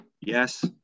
Yes